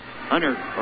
Hunter